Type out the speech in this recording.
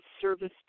service